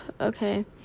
Okay